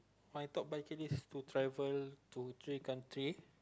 my top bucket list to travel to three country